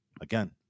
again